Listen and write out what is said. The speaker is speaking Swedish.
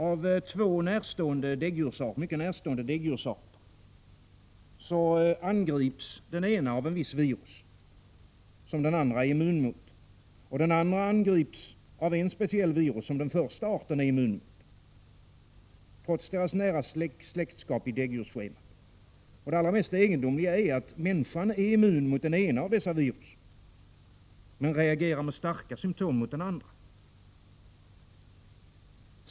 Av två mycket närstående däggdjursarter angrips den ena av ett visst virus som den andra är immun mot, och den andra angrips av ett speciellt virus som den första är immun mot — trots deras nära släktskap i däggdjursschemat. Det allra mest egendomliga är att människan är immun mot det ena av dessa båda virus men reagerar med starka symtom mot det andra.